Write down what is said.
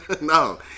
No